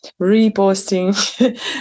reposting